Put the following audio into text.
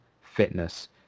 fitness